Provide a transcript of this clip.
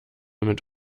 mit